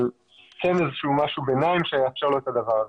אבל כן איזה שהוא משהו ביניים שיאפשר לו את הדבר הזה.